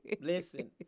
listen